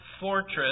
fortress